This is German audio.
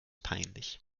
peinlich